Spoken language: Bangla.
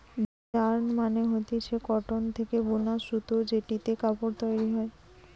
যার্ন মানে হতিছে কটন থেকে বুনা সুতো জেটিতে কাপড় তৈরী হয়